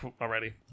already